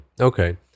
okay